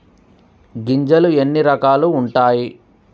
గింజలు ఎన్ని రకాలు ఉంటాయి?